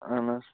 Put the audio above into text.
اَہَن حظ